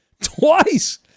twice